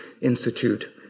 Institute